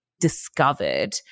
discovered